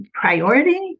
priority